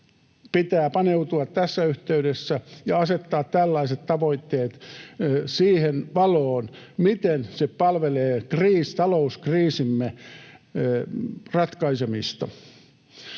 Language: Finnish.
pitää paneutua tässä yhteydessä ja asettaa tällaiset tavoitteet siihen valoon, miten ne palvelevat talouskriisimme ratkaisemista.